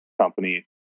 company